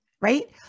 right